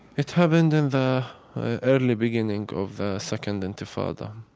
it happened in the early beginning of the second intifada.